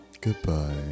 Goodbye